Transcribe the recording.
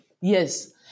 Yes